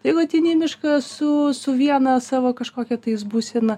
jeigu ateini į mišką su su viena savo kažkia tais būsena